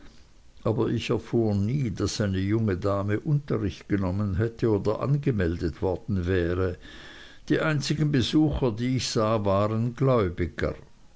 aber ich erfuhr nie daß eine junge dame unterricht genommen hätte oder angemeldet worden wäre die einzigen besucher die ich sah waren gläubiger